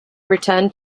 returned